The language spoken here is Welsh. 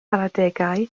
adegau